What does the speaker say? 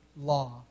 law